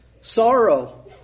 sorrow